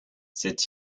cette